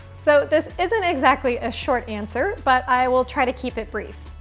so this isn't exactly a short answer, but i will try to keep it brief.